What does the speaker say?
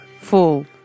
Full